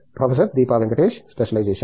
professor Deepa Venkatesh specialisation